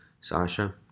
Sasha